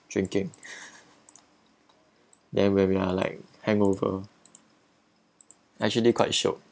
drinking then where we are like hangover actually quite shiok